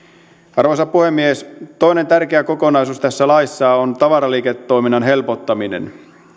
arvoisa puhemies toinen tärkeä kokonaisuus tässä laissa on tavaraliikennetoiminnan helpottaminen